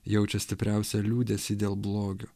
jaučia stipriausią liūdesį dėl blogio